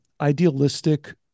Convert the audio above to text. idealistic